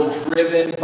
driven